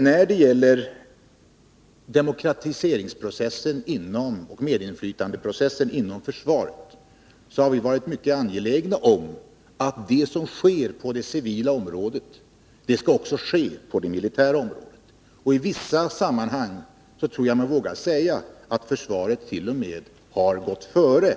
När det gäller demokratiseringsoch medinflytandeprocessen inom försvaret har vi varit mycket angelägna om att det som sker på det civila området också skall ske på det militära området. I vissa sammanhang tror jag mig våga säga att försvaret t.o.m. gått före.